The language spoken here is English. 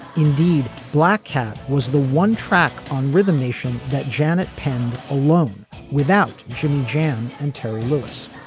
indeed black cat was the one track on rhythm nation that janet penned alone without jimmy jam and terry lewis.